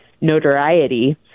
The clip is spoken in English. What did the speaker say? notoriety